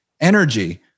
energy